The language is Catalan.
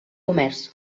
comerç